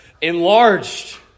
enlarged